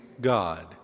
God